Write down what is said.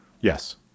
Yes